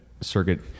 circuit